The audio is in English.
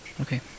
Okay